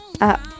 up